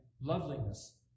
loveliness